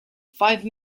five